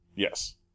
yes